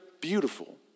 beautiful